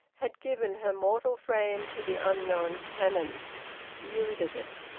had given her mortal frame to the unknown cannon yielded it.